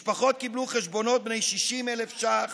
משפחות קיבלו חשבונות של 60,000 ש"ח,